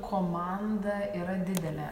komanda yra didelė